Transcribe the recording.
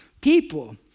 people